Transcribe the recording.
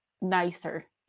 nicer